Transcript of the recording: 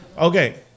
Okay